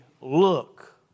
look